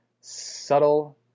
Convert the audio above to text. subtle